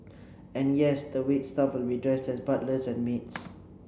and yes the wait staff will be dressed as butlers and maids